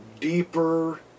deeper